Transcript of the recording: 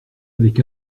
avec